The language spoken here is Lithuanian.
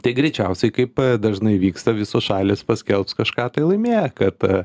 tai greičiausiai kaip dažnai vyksta visos šalys paskelbs kažką tai laimėję kad